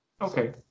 okay